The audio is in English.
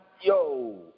yo